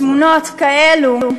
בתמונות כאלה,